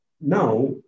now